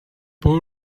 boy